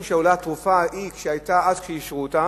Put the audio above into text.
בהשוואה למחיר שהיה אז, כשאישרו אותן,